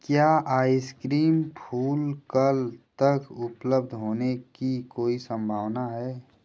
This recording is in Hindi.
क्या आइसक्रीम फूल कल तक उपलब्ध होने की कोई सम्भावना है